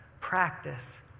practice